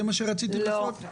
זה מה שרצית בעצם להגיד?